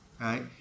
Right